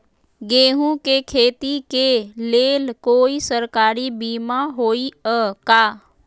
गेंहू के खेती के लेल कोइ सरकारी बीमा होईअ का?